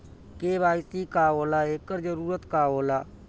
KYC का होला एकर जरूरत का होला?